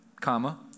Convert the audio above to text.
comma